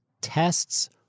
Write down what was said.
tests